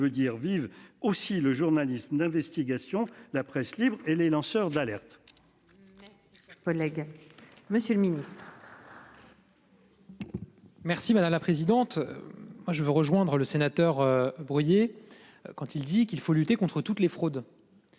je veux dire vive aussi le journalisme d'investigation, la presse libre et les lanceurs d'alerte. Voilà. Monsieur le Ministre. Merci madame la présidente. Moi je veux rejoindre le sénateur brouillé. Quand il dit qu'il faut lutter contre toutes les fraudes.